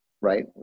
right